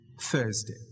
Thursday